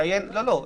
לא, לא.